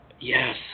Yes